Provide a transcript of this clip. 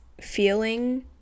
feeling